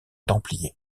templiers